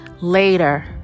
later